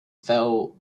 fell